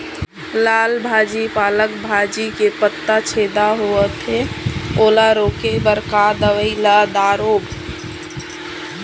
लाल भाजी पालक भाजी के पत्ता छेदा होवथे ओला रोके बर का दवई ला दारोब?